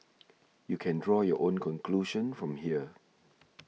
you can draw your own conclusion from here